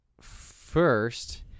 first